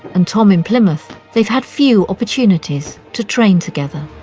and tom in plymouth, they've had few opportunities to train together.